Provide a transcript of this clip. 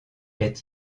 est